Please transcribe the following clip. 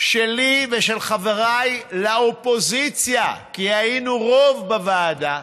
שלי ושל חבריי לאופוזיציה, כי היינו רוב בוועדה,